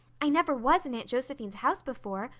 i never was in aunt josephine's house before,